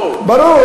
ברור, ברור.